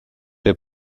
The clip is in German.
der